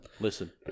Listen